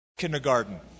Kindergarten